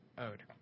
owed